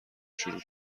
شروع